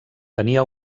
tenia